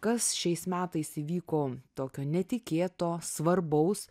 kas šiais metais įvyko tokio netikėto svarbaus